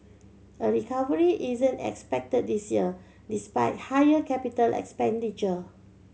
a recovery isn't expected this year despite higher capital expenditure